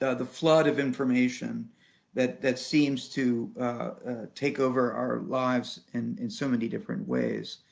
the flood of information that that seems to take over our lives and in so many different ways.